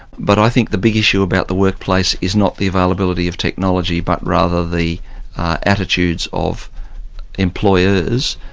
but i think the big issue about the workplace is not the availability of technology but rather the attitudes of employers.